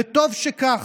וטוב שכך.